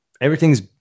everything's